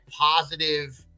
positive